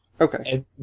okay